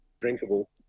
drinkable